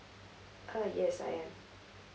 ah yes I am